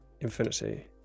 infinity